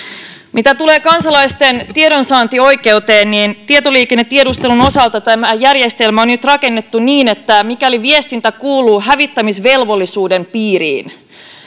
mitä tulee kansalaisten tiedonsaantioikeuteen niin tietoliikennetiedustelun osalta tämä järjestelmä on nyt rakennettu niin että mikäli viestintä kuuluu hävittämisvelvollisuuden piiriin